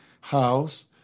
house